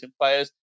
players